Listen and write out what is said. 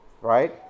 right